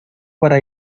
para